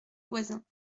voisins